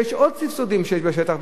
ויש עוד סבסודים בשטח,